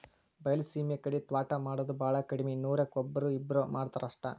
ಬೈಲಸೇಮಿ ಕಡೆ ತ್ವಾಟಾ ಮಾಡುದ ಬಾಳ ಕಡ್ಮಿ ನೂರಕ್ಕ ಒಬ್ಬ್ರೋ ಇಬ್ಬ್ರೋ ಮಾಡತಾರ ಅಷ್ಟ